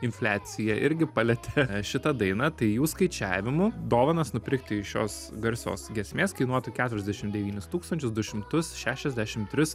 infliacija irgi palietė šitą dainą tai jų skaičiavimu dovanas nupirkti iš šios garsios giesmės kainuotų keturiasdešimt devynis tūkstančius du šimtus šešiasdešimt tris